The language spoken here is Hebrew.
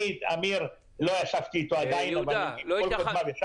אמיר, לא ישבתי אתו עדיין, אבל עם --- ישבתי.